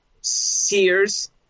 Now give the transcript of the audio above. Sears